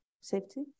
safety